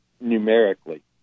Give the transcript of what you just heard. numerically